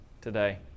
today